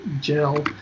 gel